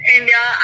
India